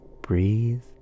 breathe